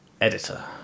editor